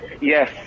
Yes